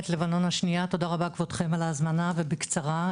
תודה רבה כבודכם על ההזמנה ואדבר בקצרה,